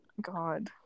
God